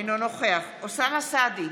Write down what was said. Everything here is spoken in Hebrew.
אינו נוכח אוסאמה סעדי,